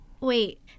wait